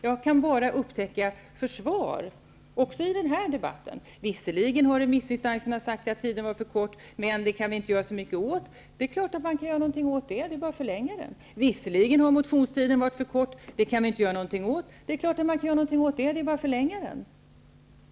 Jag kan bara upptäcka försvar -- också i den här debatten. Visserligen har remissinstanserna sagt att remisstiden har varit för kort. Men det går inte att göra så mycket åt det. Det är klart att det går. Det är bara att förlänga tiden. Visserligen har motionstiden varit för kort. Det går inte att göra något åt det. Det är klart att det går. Det är bara att förlänga tiden.